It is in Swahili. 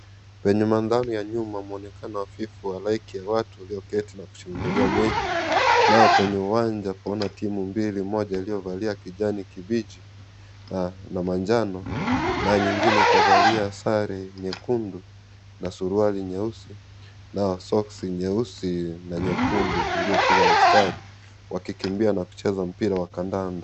Penye mandhari ya nyuma waonekana hafifu ya halaiki ya watu walioketi na kushangilia mechi nao penye uwanja pana timu mbili moja iliyovalia kijani kibichi na manjano na nyingine ikavalia sare nyekundu na suruali nyeusi na soksi nyeusi na nyekundu iliyopigwa msitari wakikimbia wakicheza mpira wa kandanda.